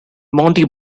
monty